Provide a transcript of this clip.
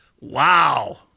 Wow